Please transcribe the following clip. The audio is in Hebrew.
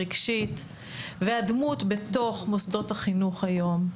רגשית והדמות בתוך מוסדות החינוך היום,